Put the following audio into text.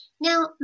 now